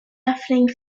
deafening